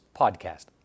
Podcast